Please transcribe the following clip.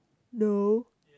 no